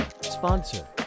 sponsor